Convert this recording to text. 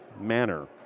manner